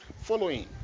following